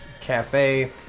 Cafe